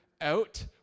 out